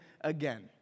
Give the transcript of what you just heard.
again